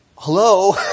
Hello